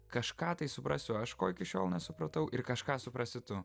kažką tai suprasiu aš ko iki šiol nesupratau ir kažką suprasi tu